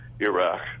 Iraq